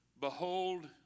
Behold